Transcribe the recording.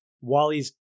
Wally's